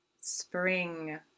spring